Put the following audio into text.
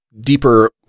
deeper